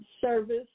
service